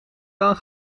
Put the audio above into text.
dan